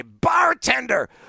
Bartender